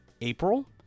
April